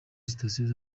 sitasiyo